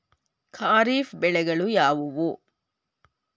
ಖಾರಿಫ್ ಬೆಳೆಗಳು ಯಾವುವು?